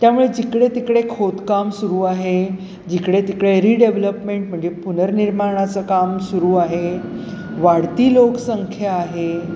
त्यामुळे जिकडे तिकडे खोदकाम सुरू आहे जिकडे तिकडे रीडेवलपमेंट म्हणजे पुनर्निर्माणाचं काम सुरू आहे वाढती लोकसंख्या आहे